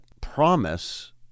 promise